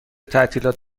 تعطیلات